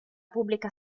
pubblica